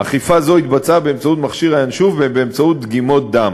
אכיפה זו התבצעה באמצעות מכשיר ה"ינשוף" ובאמצעות דגימות דם.